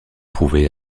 prouvé